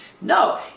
No